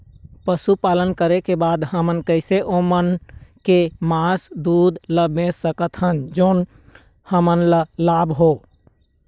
पशुपालन करें के बाद हम कैसे ओमन के मास, दूध ला बेच सकत हन जोन हमन ला लाभ हो?